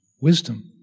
wisdom